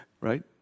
right